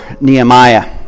Nehemiah